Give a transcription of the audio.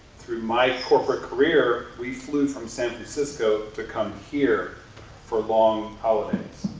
through my corporate career, we flew from san francisco to come here for long holidays.